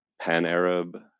pan-Arab